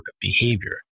behavior